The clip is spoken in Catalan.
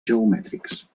geomètrics